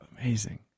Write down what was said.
Amazing